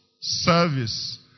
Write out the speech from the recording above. Service